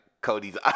Cody's